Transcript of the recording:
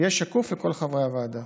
יהיה שקוף לכל חברי הוועדה.